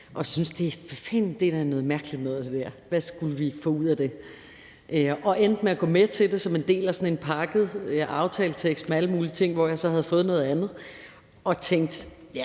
det her er da noget mærkeligt noget. Hvad skulle vi få ud af det? Jeg endte med at gå med til det som en del af sådan en pakket aftaletekst med alle mulige ting, hvor jeg så havde fået noget andet, og jeg tænkte: Ja,